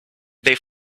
they